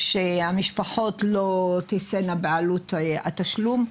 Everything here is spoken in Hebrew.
שהמשפחות לא תישאנה בעלות התשלום.